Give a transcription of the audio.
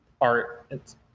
art